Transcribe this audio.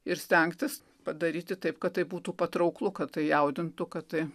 ir stengtis padaryti taip kad tai būtų patrauklu kad tai jaudintų kad tai